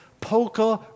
polka